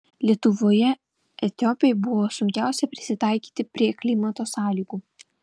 lietuvoje etiopei buvo sunkiausia prisitaikyti prie klimato sąlygų